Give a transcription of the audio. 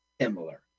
similar